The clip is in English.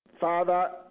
Father